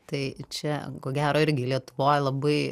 tai čia ko gero irgi lietuvoj labai